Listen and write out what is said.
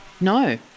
No